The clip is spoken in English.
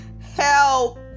help